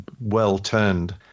well-turned